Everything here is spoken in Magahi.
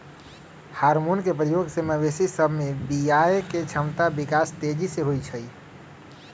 हार्मोन के प्रयोग से मवेशी सभ में बियायके क्षमता विकास तेजी से होइ छइ